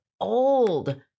old